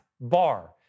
bar